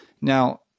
Now